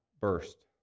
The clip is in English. burst